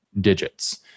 digits